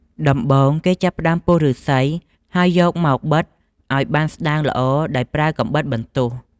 ដំបូង គេចាប់ផ្តើម ពុះឫស្សី ហើយយកមក បិតឲ្យបានស្តើងល្អដោយប្រើកាំបិតបន្ទោះ។